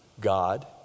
God